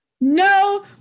No